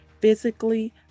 physically